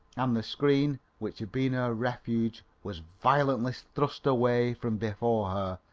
and the screen which had been her refuge was violently thrust away from before her,